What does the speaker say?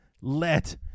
let